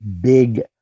big